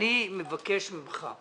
אני מבקש ממך,